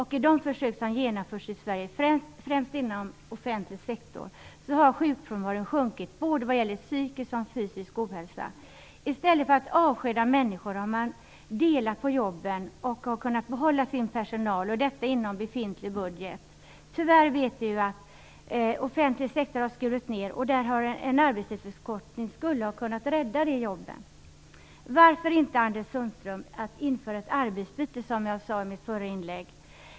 I de försök som genomförts i Sverige, främst inom offentlig sektor, har sjukfrånvaron sjunkit vad gäller såväl psykisk som fysisk ohälsa. I stället för att avskeda människor har man delat på jobben och kunnat behålla sin personal, och detta inom befintlig budget. Tyvärr har ju den offentliga sektorn skurit ned. En arbetstidsförkortning skulle ha kunnat rädda de jobb som försvunnit. Varför inte införa ett arbetsbyte, Anders Sundström, som jag sade i mitt förra inlägg?